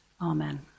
Amen